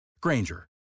Granger